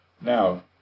now